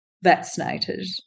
vaccinated